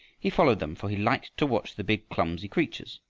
he followed them, for he liked to watch the big clumsy creatures.